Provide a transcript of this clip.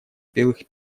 белых